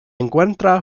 encuentra